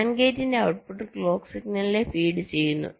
AND ഗേറ്റിന്റെ output clock സിഗ്നലിനെ feed ചെയ്യുന്നു